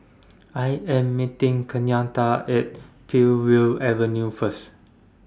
I Am meeting Kenyatta At Peakville Avenue First